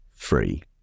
free